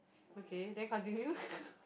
okay then continue